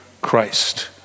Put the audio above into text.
Christ